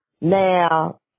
now